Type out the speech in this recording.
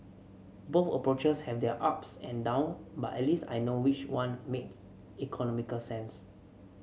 both approaches have their ups and down but at least I know which one makes economical sense